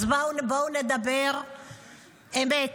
אז בואו נדבר אמת.